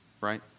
right